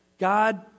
God